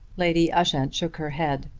lady ushant shook her head.